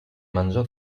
mangiò